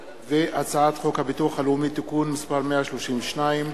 הצעת חוק הביטוח הלאומי (תיקון מס' 132)